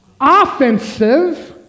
Offensive